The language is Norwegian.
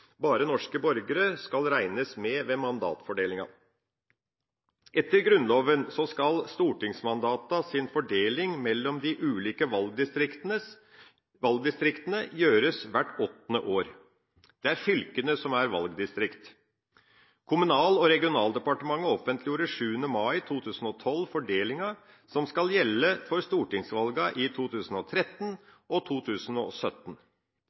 bare norske borgere skal regnes med ved mandatfordelinga. Etter Grunnloven skal stortingsmandatenes fordeling mellom de ulike valgdistriktene gjøres hvert åttende år. Det er fylkene som er valgdistrikt. Kommunal- og regionaldepartementet offentliggjorde 7. mai 2012 fordelinga som skal gjelde for stortingsvalgene i 2013 og 2017.